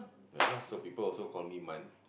ya lah so people also call me Man